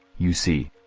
you see.